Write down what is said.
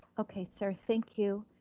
okay sir, thank you.